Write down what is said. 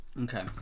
Okay